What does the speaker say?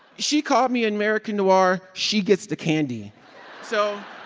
she called me and american noir. she gets the candy so